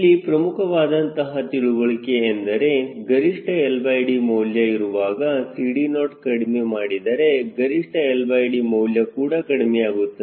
ಇಲ್ಲಿ ಪ್ರಮುಖವಾದಂತಹ ತಿಳುವಳಿಕೆ ಎಂದರೆ ಗರಿಷ್ಠ LD ಮೌಲ್ಯ ಇರುವಾಗ CD0 ಕಡಿಮೆ ಮಾಡಿದರೆ ಗರಿಷ್ಠ LD ಮೌಲ್ಯ ಕೂಡ ಕಡಿಮೆಯಾಗುತ್ತದೆ